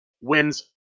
wins